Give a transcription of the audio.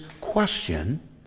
question